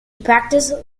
practised